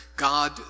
God